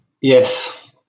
Yes